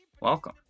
welcome